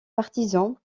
partisan